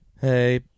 Hey